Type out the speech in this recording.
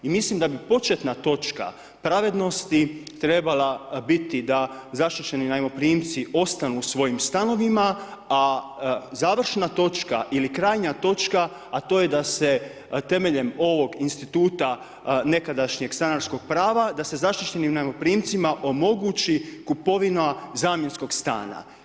I mislim da bi početna točka pravednosti trebala biti da zaštićeni najmoprimci ostanu u svojim stanovima a završna točka ili krajnja točka a to je da se temeljem ovog instituta nekadašnjeg stanarskog prava da se zaštićenim najmoprimcima omogući kupovina zamjenskog stana.